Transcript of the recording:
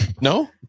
no